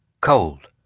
Cold